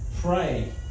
pray